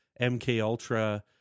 MKUltra